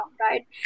Right